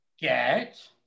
Get